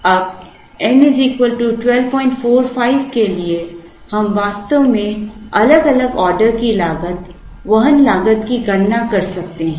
अब n 1245 के लिए हम वास्तव में अलग अलग ऑर्डर की लागत वहन लागत की गणना कर सकते हैं